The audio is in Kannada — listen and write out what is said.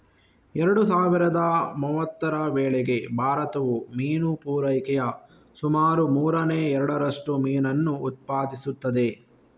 ಎರಡು ಸಾವಿರದ ಮೂವತ್ತರ ವೇಳೆಗೆ ಭಾರತವು ಮೀನು ಪೂರೈಕೆಯ ಸುಮಾರು ಮೂರನೇ ಎರಡರಷ್ಟು ಮೀನನ್ನು ಉತ್ಪಾದಿಸುತ್ತದೆ